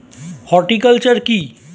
Horticulture কি?